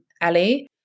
Ali